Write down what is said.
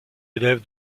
élève